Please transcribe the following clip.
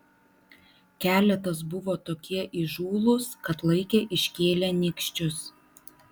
keletas buvo tokie įžūlūs kad laikė iškėlę nykščius